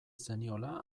zeniola